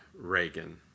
Reagan